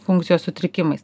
funkcijos sutrikimais